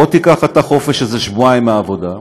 בוא תיקח אתה חופש איזה שבועיים מהעבודה,